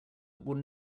will